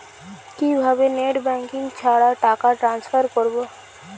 কিভাবে net banking ছাড়া টাকা ট্রান্সফার করবো?